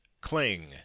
cling